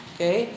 Okay